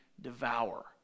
devour